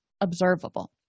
observable